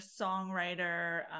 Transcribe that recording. songwriter